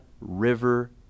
river